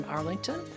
Arlington